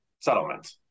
settlement